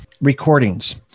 recordings